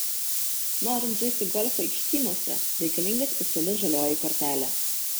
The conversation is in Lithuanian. norint žaisti golfą aikštynuose reikalinga speciali žalioji kortelė